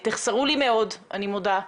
אני מודה,